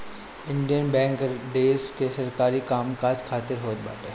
Indian bank देस के सरकारी काम काज खातिर होत बाटे